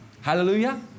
Hallelujah